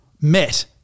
met